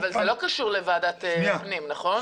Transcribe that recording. אבל זה לא קשור לוועדת הפנים, נכון?